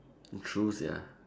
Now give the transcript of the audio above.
true sia